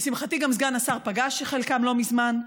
לשמחתי גם סגן השר פגש את חלקן לא מזמן.